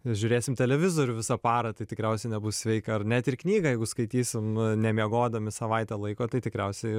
žiūrėsim televizorių visą parą tai tikriausiai nebus sveika ar net ir knygą jeigu skaitysim nemiegodami savaitę laiko tai tikriausiai